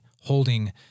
holding